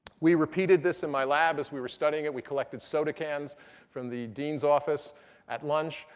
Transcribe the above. we repeated this in my lab as we were studying it. we collected soda cans from the dean's office at lunch.